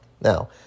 Now